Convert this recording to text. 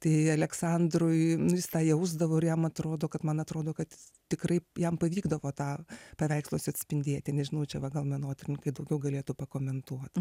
tai aleksandrui nu jis tą jausdavo ir jam atrodo kad man atrodo kad tikrai jam pavykdavo tą paveiksluose atspindėti nežinau čia va gal menotyrininkai daugiau galėtų pakomentuot